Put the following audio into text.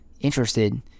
interested